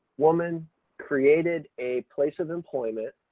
woman created a place of employment,